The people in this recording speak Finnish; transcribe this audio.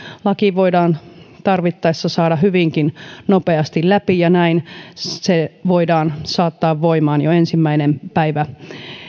laki voidaan tarvittaessa saada hyvinkin nopeasti läpi ja näin se voidaan saattaa voimaan jo ensimmäinen päivä